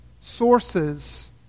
sources